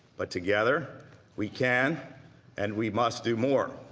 but together we can and we must do more.